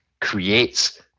creates